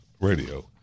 Radio